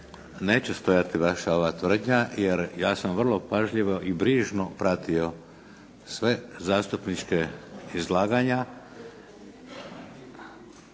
Neće stojati vaša ova tvrdnja, jer ja sam vrlo pažljivo i brižno pratio sve zastupničke izlaganja.